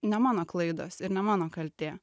ne mano klaidos ir ne mano kaltė